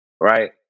right